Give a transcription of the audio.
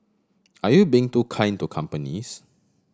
are you being too kind to companies